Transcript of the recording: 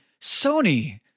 Sony